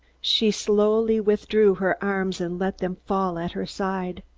she slowly withdrew her arms and let them fall at her side.